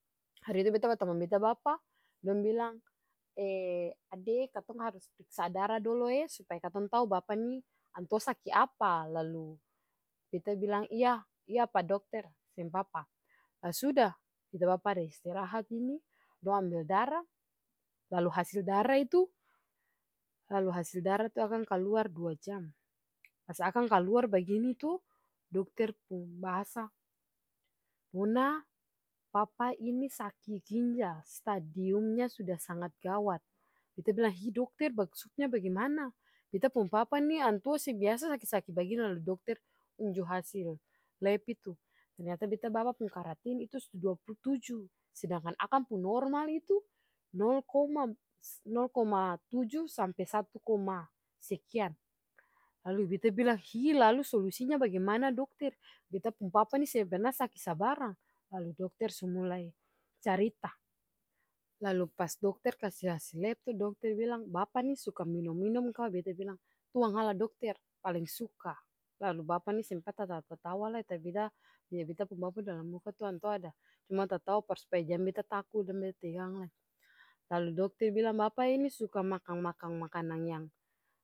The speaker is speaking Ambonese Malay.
Hari itu beta batamang beta bapa dong bilang ade katong harus priksa dara doloe supaya katong tau bapa nih antua saki apa, lalu lalu beta bilang iya iya pa dokter seng papa, lah suda beta bapa ada istirahat ini dong ambel dara, lalu hasil dara itu, lalu hasil dara itu akang kaluar dua jam, pas akang kaluar bagini to dokter pung bahasa nona papa ini saki ginjal stadiunnya suda sangat gawat, beta bilang hi dokter maksudnya bagimana beta pung papa nih antua seng biasa saki-saki bagini lalu dokter unju hasil lep itu ternyata beta bapa pung karatin itu su duapul tuju sedangkan akang pung normal itu nol koma nol koma tuju sampe satu koma sekian lalu beta bilang hi lalu solusinya bagimana dokter beta pung papa nih seng perna saki sabarang lalu dokter sumulai carita, lalu pas dokter kasi hasil lep tuh dokter bilang bapa nih suka minom-minom ka? Beta bilang tuangalla dokter paleng suka lalu bapa nih sempat tatawa-tatawa lai tapi beta lia beta bapa dalam muka tuh antua ada cuma tatawa par supaya jang beta taku jang beta tegang lai, lalu dokter bilang bapae bapa ini suka makang makanang yang.